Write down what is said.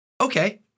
Okay